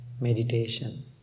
Meditation